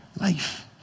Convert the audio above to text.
life